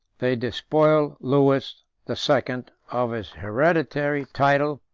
they despoiled lewis the second of his hereditary title,